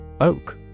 Oak